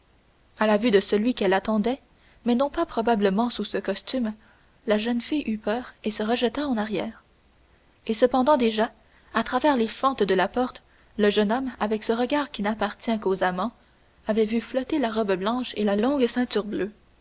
à la vue de celui qu'elle attendait mais non pas probablement sous ce costume la jeune fille eut peur et se rejeta en arrière et cependant déjà à travers les fentes de la porte le jeune homme avec ce regard qui n'appartient qu'aux amants avait vu flotter la robe blanche et la longue